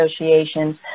associations